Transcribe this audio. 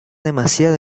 demasiado